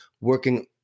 working